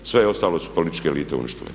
Sve ostalo su političke elite uništile.